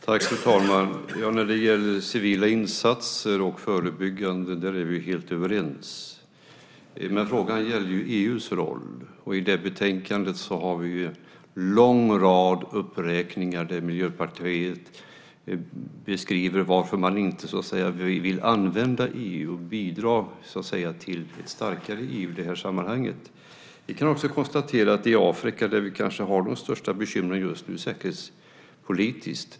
Fru talman! När det gäller civila insatser och förebyggande arbete är vi helt överens. Men frågan gällde EU:s roll. Och i betänkandet finns en lång rad uppräkningar där Miljöpartiet beskriver varför man inte så att säga vill använda EU och bidra till ett starkare EU i detta sammanhang. Vi kan också konstatera att det är i Afrika som de kanske största bekymren finns just nu säkerhetspolitiskt.